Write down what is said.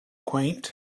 quaint